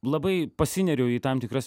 labai pasineriu į tam tikras